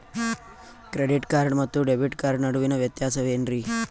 Credit card ಮತ್ತು debit card ನಡುವಿನ ವ್ಯತ್ಯಾಸ ವೇನ್ರೀ?